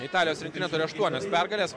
italijos rinktinė turi aštuonias pergales